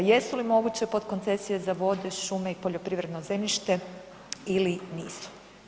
Jesu li moguće potkoncesije za vode, šume i poljoprivredno zemljište ili nisu?